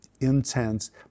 intense